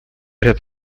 ряд